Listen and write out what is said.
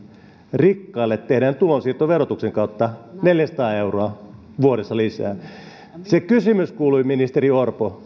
rikkaille tehdään verotuksen kautta tulonsiirto neljäsataa euroa vuodessa lisää se kysymys teille kuului ministeri orpo